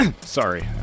Sorry